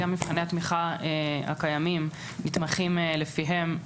גם מבחני התמיכה הקיימים נתמכים לפיהם,